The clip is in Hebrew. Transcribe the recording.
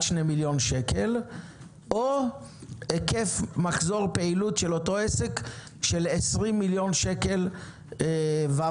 2 מיליון שקל או היקף מחזור פעילות של אותו עסק של 20 מיליון שקל ומטה.